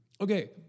Okay